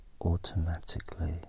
automatically